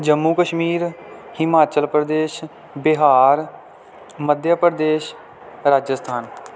Jammu Kashmir Himachal Pradesh Bihar Madhya Pradesh Rajasthan